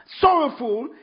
sorrowful